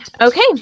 Okay